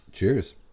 Cheers